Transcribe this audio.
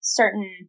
certain